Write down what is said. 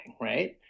right